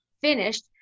finished